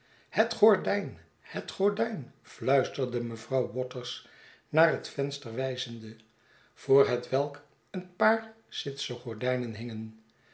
het gordijn het gordijn ftuisterde mevrouw waters naar het venster wijzende voor hetwelk een paar sitsen gordijnen hingen